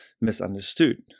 misunderstood